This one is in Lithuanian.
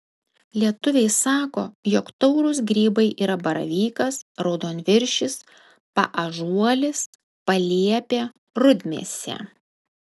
lietuviai sako jog taurūs grybai yra baravykas raudonviršis paąžuolis paliepė rudmėsė